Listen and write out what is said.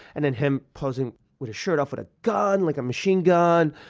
and then him posing with a shirt off with a gun, like a machine gun,